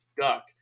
Duck